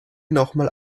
nochmal